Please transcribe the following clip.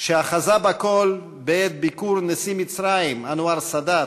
שאחזה בכול בעת ביקור נשיא מצרים אנואר סאדאת,